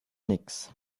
nix